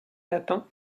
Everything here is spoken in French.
lapin